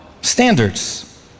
standards